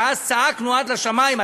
שאז צעקנו עד לשמים,